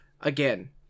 again